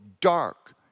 dark